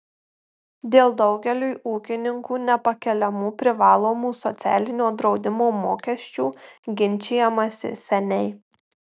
dėl daugeliui ūkininkų nepakeliamų privalomų socialinio draudimo mokesčių ginčijamasi seniai